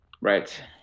Right